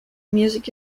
music